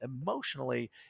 emotionally